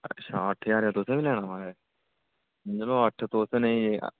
अच्छा अट्ठ ज्हार रपेया तुसें बी लैना माराज नेईं वा अट्ठ तुस नेई